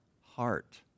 heart